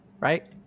right